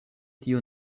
tio